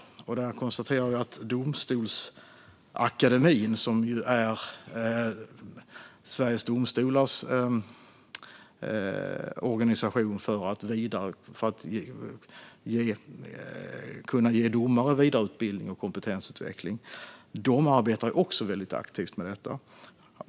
Där konstaterar jag att Domstolsakademin, som ju är Sveriges Domstolars organisation för att ge domare vidareutbildning och kompetensutveckling, aktivt arbetar med dessa frågor.